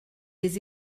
des